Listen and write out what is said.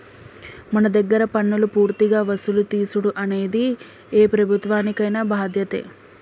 మన దగ్గర పన్నులు పూర్తిగా వసులు తీసుడు అనేది ఏ ప్రభుత్వానికైన బాధ్యతే